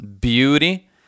beauty